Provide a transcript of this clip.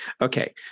Okay